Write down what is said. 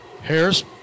Harris